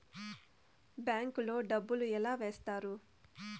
bank లో డబ్బులు ఎలా వేస్తారు